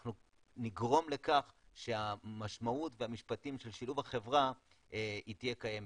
אנחנו נגרום לכך שהמשמעות שלו וה- -- של שילוב בחברה תהיה קיימת.